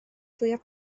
fwyaf